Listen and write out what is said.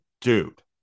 Dude